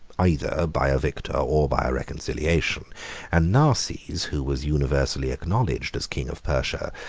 either by a victor or by a reconciliation and narses, who was universally acknowledged as king of persia,